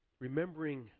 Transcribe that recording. remembering